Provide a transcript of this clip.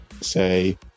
say